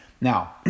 Now